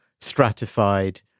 stratified